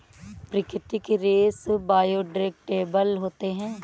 प्राकृतिक रेसे बायोडेग्रेडेबल होते है